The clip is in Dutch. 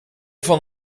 van